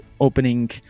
opening